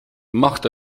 macht